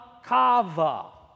Kava